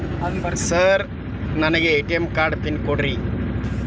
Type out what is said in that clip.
Sir ನನಗೆ ATM card pin ಕೊಡ್ರಿ?